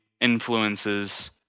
influences